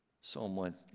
Psalm